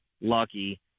lucky